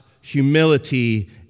humility